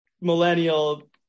millennial